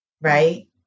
right